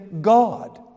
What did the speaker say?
God